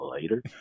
later